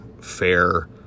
fair